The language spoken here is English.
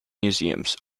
museums